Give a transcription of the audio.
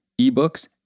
ebooks